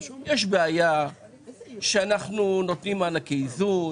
יש בעיה שאנחנו נותנים מענקי איזון,